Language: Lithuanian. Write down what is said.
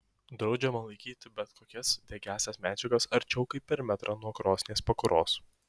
draudžiama laikyti bet kokias degiąsias medžiagas arčiau kaip per metrą nuo krosnies pakuros